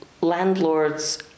Landlords